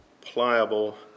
pliable